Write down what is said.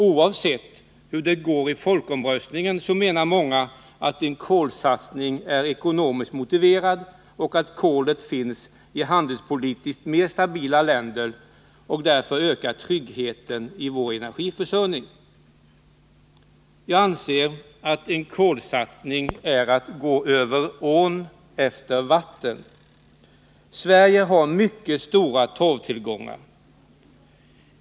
Oavsett hur det går i folkomröstningen menar många att en kolsatsning är ekonomiskt motiverad och att kolet finns i handelspolitiskt mer stabila länder och därför ökar tryggheten i vår energiförsörjning. Jag anser att en kolsatsning är att gå över ån efter vatten. Sverige har mycket stora torvtillgångar.